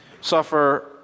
suffer